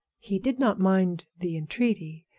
he did not mind the entreaty,